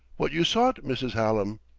what you sought, mrs. hallam.